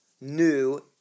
new